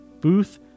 Booth